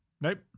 Nope